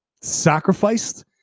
sacrificed